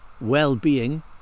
well-being